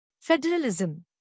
Federalism